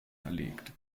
verlegt